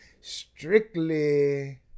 strictly